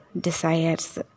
Desires